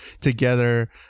together